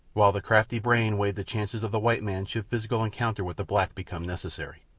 while the crafty brain weighed the chances of the white man should physical encounter with the black become necessary.